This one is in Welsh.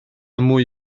mwy